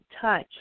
touch